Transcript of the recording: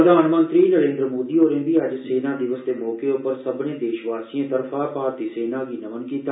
प्रधानमंत्री नरेन्द्र मोदी होरें बी अज्ज सेना दिवस दे मौके उप्पर सब्भर्ने देशवासियें दी तरफा भारती सेना गी नमन कीता